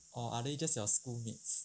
or are they just your schoolmates